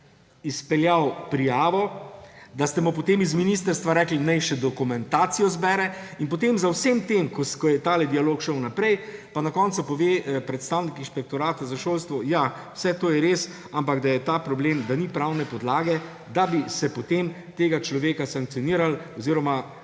izpeljal prijavo, da ste mu potem iz ministrstva rekli, naj še dokumentacijo zbere in potem za vsem tem, ko je ta dialog šel naprej, pa na koncu pove predstavnik inšpektorata za šolstvo, ja, vse to je res, ampak je ta problem, da ni pravne podlage, da bi se potem tega človeka sankcioniralo oziroma